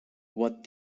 what